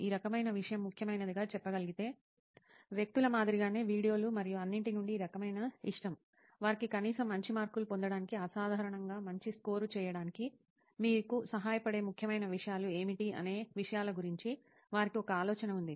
ఈ రకమైన విషయం ముఖ్యమైనదిగా చెప్పగలిగే వ్యక్తుల మాదిరిగానే వీడియోలు మరియు అన్నిటి నుండి ఈ రకమైన ఇష్టం వారికి కనీసం మంచి మార్కులు పొందడానికి అసాధారణంగా మంచి స్కోర్ చేయడానికి మీకు సహాయపడే ముఖ్యమైన విషయాలు ఏమిటి అనే విషయాల గురించి వారికి ఒక ఆలోచన ఉంది